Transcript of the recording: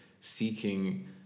seeking